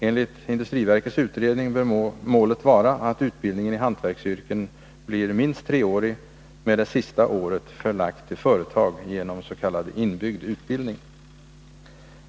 Enligt Industriverkets utredning bör målet vara att utbildningen i hantverksyrken blir minst treårig, med det sista året förlagt till företag genom s.k. inbyggd utbildning.